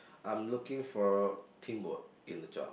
I'm looking for teamwork in the job